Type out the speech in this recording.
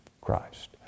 Christ